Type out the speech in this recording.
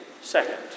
second